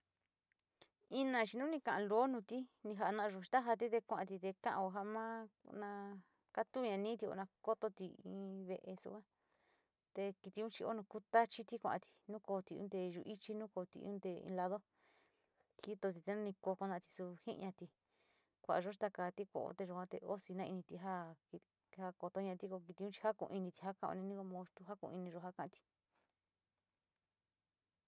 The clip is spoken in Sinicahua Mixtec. Ina chi nu ni ka luuo nuti ni janayo jaati te kuati ko ja ma na katuñati kototi in ve´e suka te kitiuu chi o nu kutachiti kua´ati ngooti onte yuu ichi nungoti onte in lado jitoti te nu ni koo na te jia´ati, ko kiliun jako initichi mao chi tu jakoo iniyo ja katio.